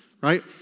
right